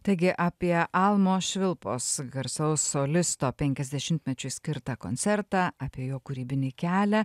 taigi apie almo švilpos garsaus solisto penkiasdešimtmečiui skirtą koncertą apie jo kūrybinį kelią